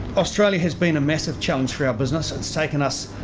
australia has been a massive challenge for our business. it's taken us,